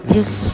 Yes